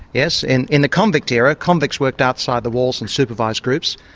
yes. in in the convict era, convicts worked outside the walls in supervised groups,